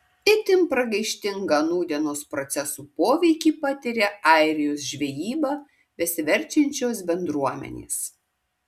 itin pragaištingą nūdienos procesų poveikį patiria airijos žvejyba besiverčiančios bendruomenės